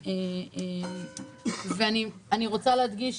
אני רוצה להדגיש